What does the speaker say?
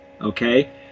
okay